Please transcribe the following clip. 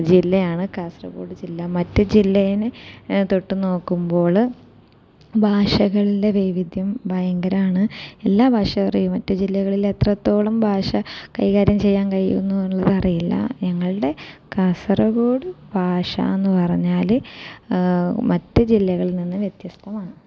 ജില്ലയാണ് കാസർകോട് ജില്ല മറ്റ് ജില്ലയിനെ തൊട്ടു നോക്കുമ്പോഴ് ഭാഷകളുടെ വൈവിധ്യം ഭയങ്കരമാണ് എല്ലാ ഭാഷ അറിയും മറ്റു ജില്ലകളിൽ എത്രത്തോളം ഭാഷ കൈകാര്യം ചെയ്യാൻ കഴിയുന്നുള്ളത് അറിയില്ല ഞങ്ങളുടെ കാസർഗോഡ് ഭാഷയെന്ന് പറഞ്ഞാല് മറ്റ് ജില്ലകളിൽ നിന്ന് വ്യത്യസ്തമാണ്